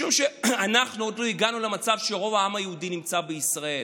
משום שאנחנו עוד לא הגענו למצב שרוב העם היהודי נמצא פה בישראל.